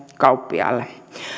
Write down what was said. kauppiaalle